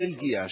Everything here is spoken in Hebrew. בלגיה,